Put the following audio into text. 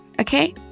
Okay